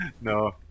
No